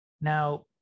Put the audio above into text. Now